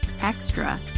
extra